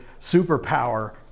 superpower